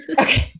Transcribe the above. okay